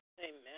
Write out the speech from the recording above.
Amen